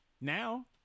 Now